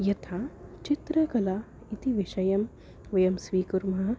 यथा चित्रकला इति विषयं वयं स्वीकुर्मः